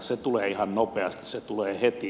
se tulee ihan nopeasti se tulee heti